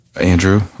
Andrew